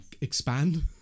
Expand